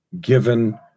given